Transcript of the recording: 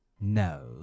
no